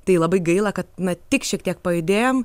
tai labai gaila kad na tik šiek tiek pajudėjom